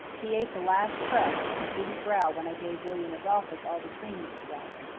he ate the last crust, and didn't growl when i gave william adolphus all the cream that was left.